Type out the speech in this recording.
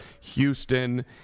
Houston